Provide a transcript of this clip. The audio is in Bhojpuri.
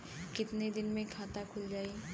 कितना दिन मे खाता खुल जाई?